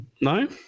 no